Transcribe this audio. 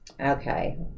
okay